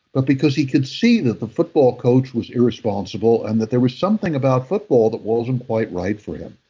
but because he could see that the football coach was irresponsible and that there was something about football that wasn't quite right for him.